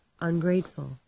ungrateful